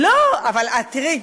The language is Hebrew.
לא, אבל תראי,